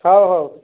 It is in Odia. ହଉ ହଉ